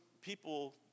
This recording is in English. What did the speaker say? people